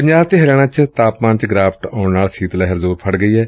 ਪੰਜਾਬ ਅਤੇ ਹਰਿਆਣਾ ਚ ਤਾਪਮਾਨ ਚ ਗਿਰਾਵਟ ਆਉਣ ਨਾਲ ਸੀਤ ਲਹਿਰ ਜ਼ੋਰ ਫੜ ਗਈ ਏ